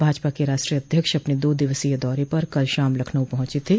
भाजपा के राष्ट्रीय अध्यक्ष अपने दो दिवसीय दौरे पर कल शाम लखनऊ पहुंचे थे